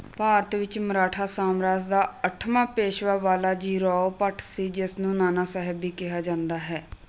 ਭਾਰਤ ਵਿੱਚ ਮਰਾਠਾ ਸਾਮਰਾਜ ਦਾ ਅੱਠਵਾਂ ਪੇਸ਼ਵਾ ਬਾਲਾਜੀਰਾਓ ਭੱਟ ਸੀ ਜਿਸ ਨੂੰ ਨਾਨਾ ਸਾਹਿਬ ਵੀ ਕਿਹਾ ਜਾਂਦਾ ਹੈ